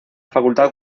facultad